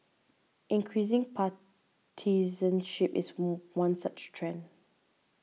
increasing partisanship is one such trend